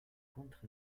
contre